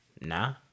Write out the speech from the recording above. Nah